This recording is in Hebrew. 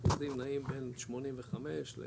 יש להם יותר מתשעים